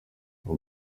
uwo